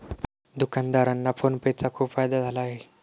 दुकानदारांना PhonePe चा खूप फायदा झाला आहे